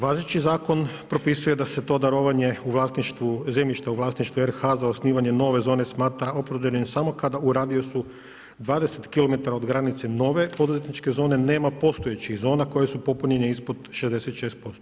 Važeći zakon propisuje da se to darovanje u zemljišta u vlasništvu RH za osnivanje nove zone smatra opravdanim samo kada u radijusu 20 kilometara od granice nove poduzetničke zone nema postojećih zona koja su popunjene ispod 66%